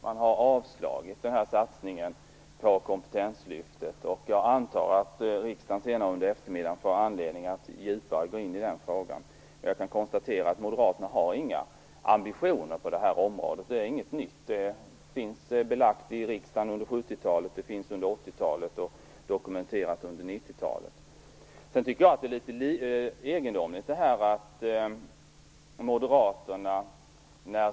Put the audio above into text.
Man har avslagit satsningen på kompetenslyftet, och jag antar att riksdagen senare under eftermiddagen får anledning att djupare gå in i den frågan. Moderaterna har inga ambitioner på det här området. Det är inget nytt; det finns belagt i riksdagen under 70-talet och 80-talet och det finns dokumenterat under 90-talet.